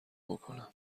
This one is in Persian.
بکنم